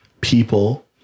people